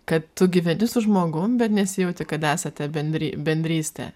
kad tu gyveni su žmogum bet nesijauti kad esate bendri bendrystė